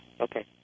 Okay